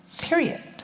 period